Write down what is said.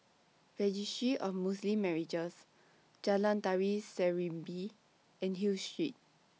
Registry of Muslim Marriages Jalan Tari Serimpi and Hill Street